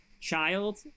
child